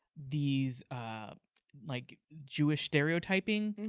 these like, jewish stereotyping.